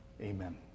Amen